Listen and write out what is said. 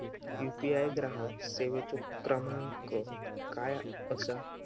UPI ग्राहक सेवेचो क्रमांक काय असा?